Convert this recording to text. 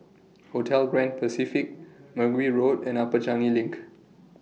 Hotel Grand Pacific Mergui Road and Upper Changi LINK